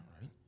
right